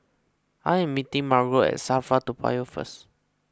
I am meeting Margo at SafraToa Payoh first